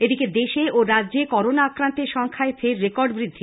এদিকে দেশে ও রাজ্যে করোনা আক্রান্তের সংখ্যায় ফের রেকর্ড বৃদ্ধি